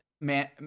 man